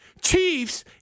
Chiefs